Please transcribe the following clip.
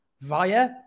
via